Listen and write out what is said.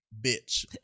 bitch